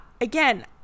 again